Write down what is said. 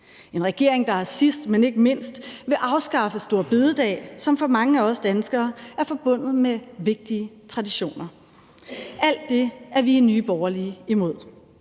en regering, der sidst, men ikke mindst, vil afskaffe store bededag, som for mange af os danskere er forbundet med vigtige traditioner. Alt det er vi i Nye Borgerlige imod.